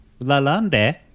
LaLonde